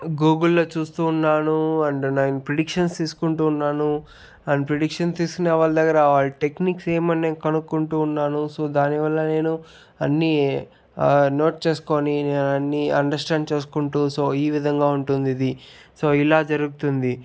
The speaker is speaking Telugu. గూగుల్ లో చూస్తు ఉన్నాను అండ్ నేను ప్రిడిక్షన్స్ తీసుకుంటూ ఉన్నాను అండ్ ప్రిడిక్షన్ తీసుకున్న వాళ్ల దగ్గర వాళ్ళ టెక్నిక్స్ ఏమున్నాయని కనుక్కుంటు ఉన్నాను సో దానివల్ల నేను అన్ని నోట్ చేసుకొని నే అన్ని అండర్స్టాండ్ చేసుకుంటూ సో ఈవిధంగా ఉంటుంది ఇది సో ఇలా జరుగుతుంది